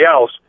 else